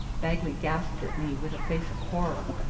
bagley gasped at me with a face of horror.